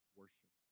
worship